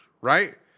right